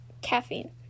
Caffeine